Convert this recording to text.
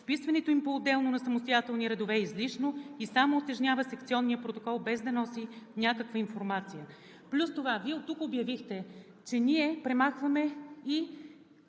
вписването им поотделно на самостоятелни редове е излишно и само утежнява секционния протокол, без да носи някаква информация.“ Плюс това Вие оттук обявихте, че ние премахваме и